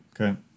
Okay